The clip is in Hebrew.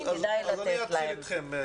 כדאי לתת להם.